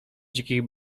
dzikich